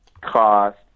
cost